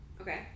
Okay